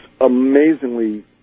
amazingly